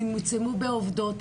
צמצמו בעובדות,